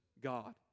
God